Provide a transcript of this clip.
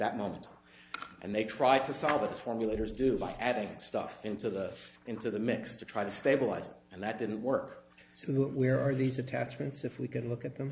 that moment and they try to solve this formulators do by adding stuff into the into the mix to try to stabilize it and that didn't work so where are these attachments if we could look at them